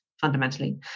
fundamentally